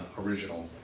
original,